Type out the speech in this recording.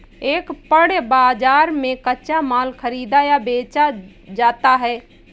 एक पण्य बाजार में कच्चा माल खरीदा या बेचा जाता है